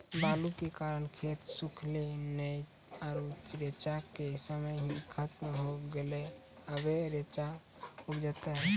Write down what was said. बालू के कारण खेत सुखले नेय आरु रेचा के समय ही खत्म होय गेलै, अबे रेचा उपजते?